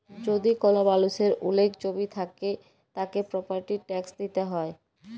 যদি কল মালুষের ওলেক জমি থাক্যে, তাকে প্রপার্টির ট্যাক্স দিতে হ্যয়